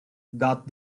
god